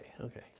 Okay